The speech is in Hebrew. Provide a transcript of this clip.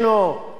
הוא הכה עשר פעמים.